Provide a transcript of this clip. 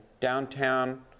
downtown